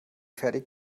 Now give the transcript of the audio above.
fertig